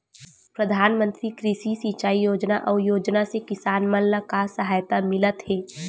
प्रधान मंतरी कृषि सिंचाई योजना अउ योजना से किसान मन ला का सहायता मिलत हे?